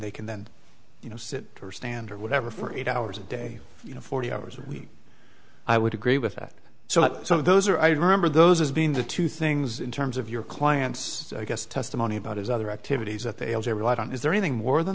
they can then you know sit or stand or whatever for eight hours a day you know forty hours a week i would agree with that so that some of those are i remember those as being the two things in terms of your clients i guess testimony about his other activities that they held every light on is there anything more than